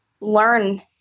learn